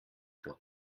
pot